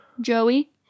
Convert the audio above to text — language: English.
Joey